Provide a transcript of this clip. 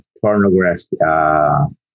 pornographic